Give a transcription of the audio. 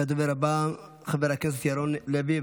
הדובר הבא, חבר הכנסת ירון לוי.